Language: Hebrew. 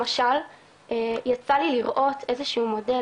למשל יצא לי לראות איזה שהוא מודל,